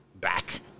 back